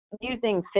using